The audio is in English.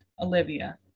olivia